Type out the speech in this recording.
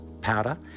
powder